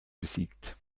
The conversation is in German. besiegt